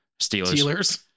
Steelers